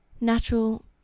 natural